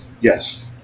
Yes